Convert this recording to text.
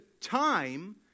time